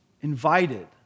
invited